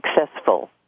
successful